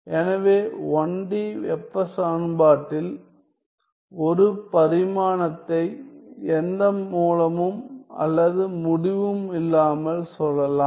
எனவே 1 D வெப்ப சமன்பாட்டில் 1 பரிமாணத்தை எந்த மூலமும் அல்லது முடிவும் இல்லாமல் சொல்லலாம்